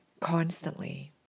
constantly